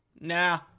nah